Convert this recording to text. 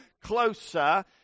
closer